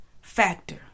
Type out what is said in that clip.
factor